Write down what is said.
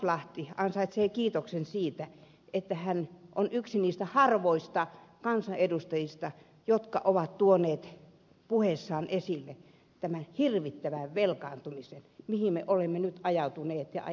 lauslahti ansaitsee kiitoksen siitä että hän on yksi niistä harvoista kansanedustajista jotka ovat tuoneet puheessaan esille tämän hirvittävän velkaantumisen mihin me olemme nyt ajautumassa ja ajautuneet